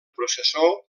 processó